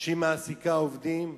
שמעסיקה עובדים?